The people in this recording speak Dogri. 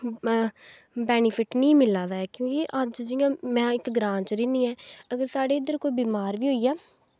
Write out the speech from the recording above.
बैनिफिट नी मिला दा ऐ क्योंकि अज्ज मैं जियां इक्क ग्रांऽ च रौह्नी ऐं अगर साढ़े इध्दर कोई बमार बी होई जा